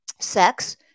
sex